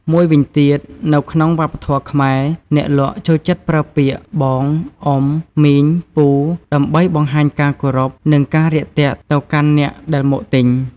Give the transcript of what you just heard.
មួយវិញទៀតនៅក្នុងវប្បធម៍ខ្មែរ អ្នកលក់ចូលចិត្តប្រើពាក្យបង អ៊ុំ មីង ពូ ដើម្បីបង្ហាញការគោរព និងការរាក់ទាក់ទៅកាន់អ្នកដែលមកទិញ។